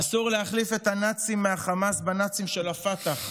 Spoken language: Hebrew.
אסור להחליף את הנאצים מהחמאס בנאצים של הפתח,